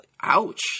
ouch